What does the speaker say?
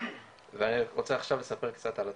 אני רוצה עכשיו לספר קצת על עצמי.